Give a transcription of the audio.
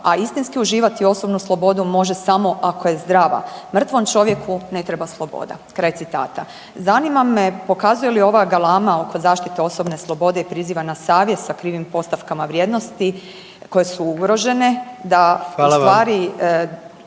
a istinski uživati osobnu slobodu može samo ako je zdrava. Mrtvom čovjeku ne treba sloboda.“. Zanima me pokazuje li ova galama oko zaštite osobne slobode i priziva na savjest sa krivim postavkama vrijednosti koje su ugrožene …/Upadica